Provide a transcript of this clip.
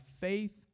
faith